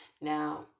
Now